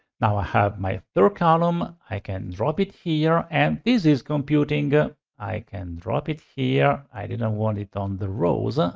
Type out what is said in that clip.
now i have my third column. i can drop it here and this is computing, and i can drop it here. i didn't want it on the rows, ah